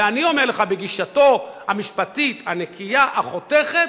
ואני אומר לך: בגישתו המשפטית הנקייה החותכת,